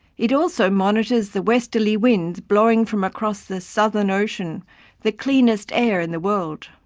it also monitors the westerly winds blowing from across the southern ocean the cleanest air in the world.